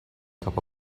cup